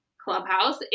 clubhouse